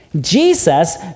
Jesus